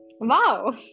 Wow